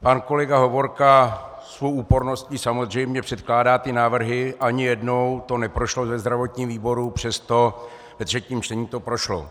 Pan kolega Hovorka se svou úporností samozřejmě předkládá návrhy, ani jednou to neprošlo ve zdravotním výboru, přesto ve třetím čtení to prošlo.